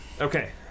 Okay